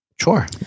Sure